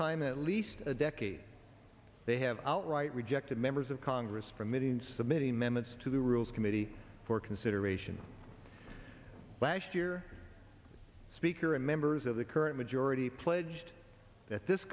time at least a decade they have outright rejected members of congress from it in submitting minutes to the rules committee for consideration last year speaker and members of the current majority pledged that this